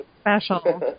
Special